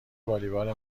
والیبال